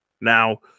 Now